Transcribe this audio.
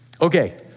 Okay